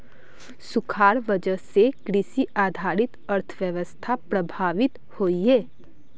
सुखार वजह से कृषि आधारित अर्थ्वैवास्था प्रभावित होइयेह